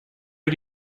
are